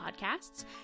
Podcasts